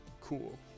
cool